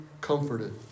comforted